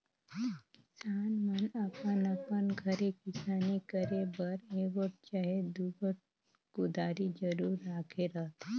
किसान मन अपन अपन घरे किसानी करे बर एगोट चहे दुगोट कुदारी जरूर राखे रहथे